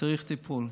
צריך טיפול.